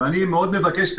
אני מאוד מבקש,